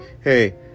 hey